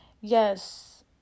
yes